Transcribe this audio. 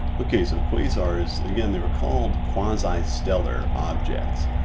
okay, so quasars, again they were called quasi stellar objects